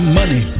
money